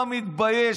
לא מתבייש?